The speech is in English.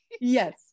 yes